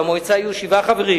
במועצה יהיו שבעה חברים,